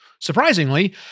surprisingly